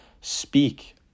speak